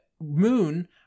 moon